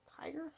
tiger